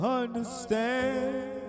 understand